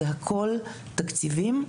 זה הכול תקציבים.